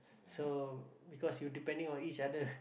so because you depending on each other